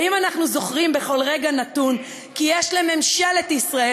האם אנחנו זוכרים כי בכל רגע נתון כי יש לממשלת ישראל